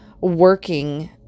working